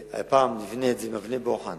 הפעם נבנה את זה עם אבני בוחן